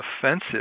offensive